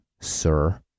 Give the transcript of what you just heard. sir